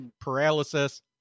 paralysis